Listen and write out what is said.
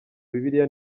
bibiliya